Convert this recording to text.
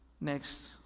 next